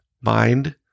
mind